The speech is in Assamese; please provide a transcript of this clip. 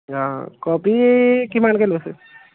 অঁ কবি কিমানকৈ লৈছে